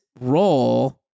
role